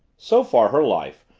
so far her life,